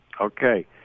Okay